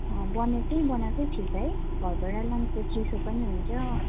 अँ बने त्यहीँ बनाएकै ठिक है घरबाट लानु त चिसो पनि हुन्छ